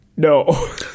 No